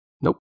Nope